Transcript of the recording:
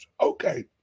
okay